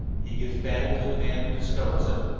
he gives battle to the man who discovers him,